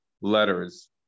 letters